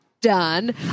Done